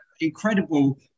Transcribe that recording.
incredible